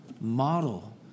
model